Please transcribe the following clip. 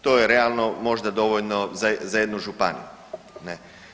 To je realno, možda dovoljno za jednu županiju, ne?